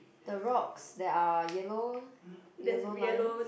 the rocks there are yellow yellow lines